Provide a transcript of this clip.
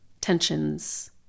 tensions